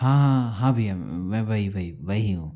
हाँ हाँ हाँ भैया मैं वही वही वही हूँ